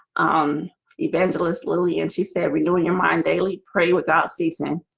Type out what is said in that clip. um evangelist lily and she said renewing your mind daily. pray without ceasing.